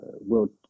world